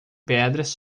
pedras